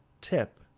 tip